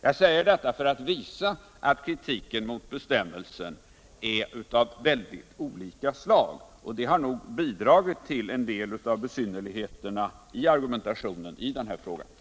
Jag säger detta för att visa att kritiken mot bestämmelsen är av väldigt olika slag, och det har nog bidragit till en del av besynnerligheterna i argumentationen när det gäller denna fråga.